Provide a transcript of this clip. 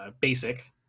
basic